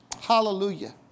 Hallelujah